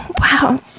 Wow